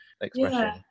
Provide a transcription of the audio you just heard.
expression